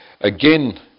Again